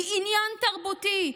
היא עניין תרבותי,